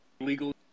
legal